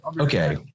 Okay